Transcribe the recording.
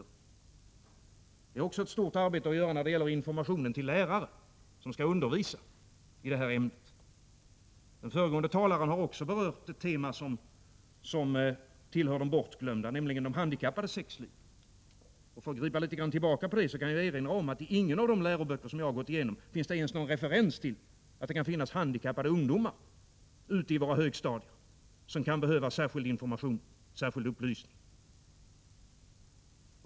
Det finns ett stort arbete att göra när det gäller informationen till de lärare som skall undervisa i detta ämne. Den föregående talaren berörde också ett tema som tillhör de bortglömda, nämligen de handikappades sexliv. För att gripa tillbaka på det ämnet kan jag erinra om att inte i någon av de läroböcker som jag har gått igenom finns det ens någon referens till att det i våra högstadieskolor kan finnas handikappade ungdomar som kan behöva särskild information och upplysning.